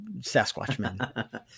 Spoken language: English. Sasquatchmen